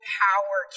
power